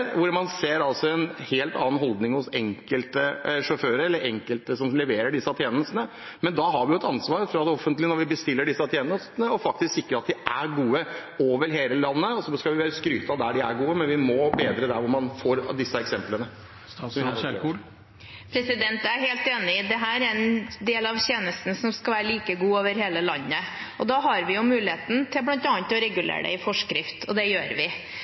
ser en helt annen holdning hos enkelte sjåfører, eller hos de enkelte som leverer disse tjenestene. Da har det offentlige når de bestiller disse tjenestene, et ansvar for faktisk å sikre at tjenestene er gode over hele landet. Så skal vi skryte av dem som er gode, men vi må bedre det der hvor man får disse eksemplene som vi ser her. Jeg er helt enig. Dette er en del av tjenesten, som skal være like god over hele landet, og da har vi muligheten til bl.a. å regulere det i forskrift, og det gjør vi.